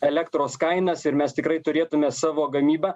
elektros kainas ir mes tikrai turėtume savo gamybą